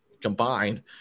combined